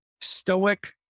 stoic